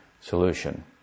solution